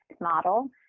model